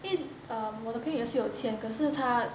因为我的朋友也是有签可是他